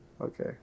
okay